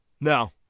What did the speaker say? No